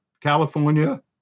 California